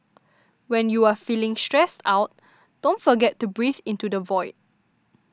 when you are feeling stressed out don't forget to breathe into the void